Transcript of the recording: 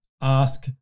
ask